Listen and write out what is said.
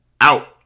out